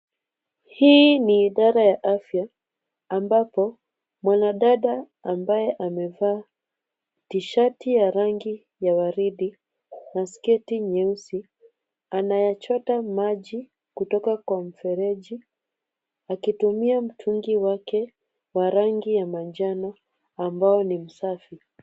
Hii ni idara ya afya ambapo mwanadada ambaye amevaa tishati ya rangi ya waridi na sketi nyeusi anayachota maji kutoka kwa mfereji akitumia mtungi wake wa rangi ya manjano ambao ni safi.